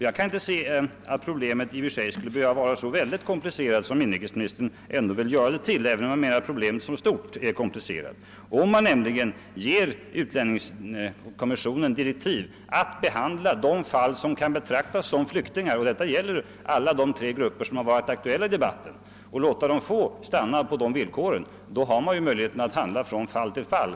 Jag kan inte se att problemet i och för sig skulle behöva vara så oerhört komplicerat som inrikesministern vill göra det till, även om det är både stort och invecklat. Om man ger utlänningskommissionen direktiv att låta de personer som kan betraktas som flyktingar — det gäller alla de tre grupper som har varit aktuella i debatten — stanna såsom sådana, finns det nämligen möjlighet att handla från fall till fall.